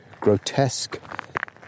grotesque